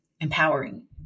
empowering